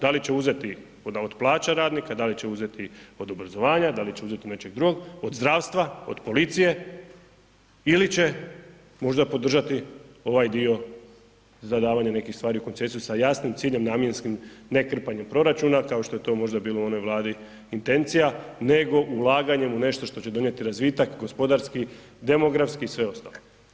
Da li će uzeti od plaća radnika, da li će uzeti od obrazovanja, da li će uzeti od nečeg drugog, od zdravstva, od policije ili će možda podržati ovaj dio za davanje nekih stvari u koncesiju sa jasnim ciljem namjenskim, ne krpanjem proračuna kao što je to možda bilo u onoj vladi intencija, nego ulaganjem u nešto što će donijeti razvitak gospodarski, demografski i sve ostalo.